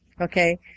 Okay